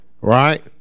Right